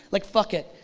like fuck it.